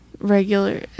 regular